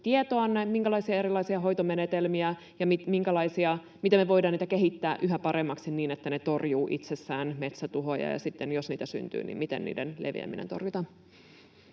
siitä, minkälaisia erilaisia hoitomenetelmiä on ja miten me voidaan niitä kehittää yhä paremmiksi niin, että ne torjuvat itsessään metsätuhoja, ja sitten jos niitä syntyy, niin miten niiden leviäminen torjutaan.